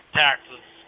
taxes